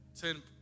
Ten